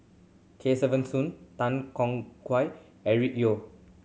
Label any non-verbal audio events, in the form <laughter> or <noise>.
Kesavan Soon Tan Tong <unintelligible> Eric Neo